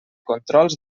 controls